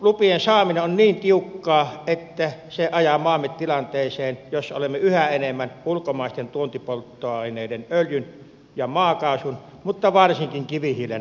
turpeennostolupien saaminen on niin tiukkaa että se ajaa maamme tilanteeseen jossa olemme yhä enemmän ulkomaisten tuontipolttoaineiden öljyn ja maakaasun mutta varsinkin kivihiilen varassa